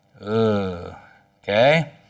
okay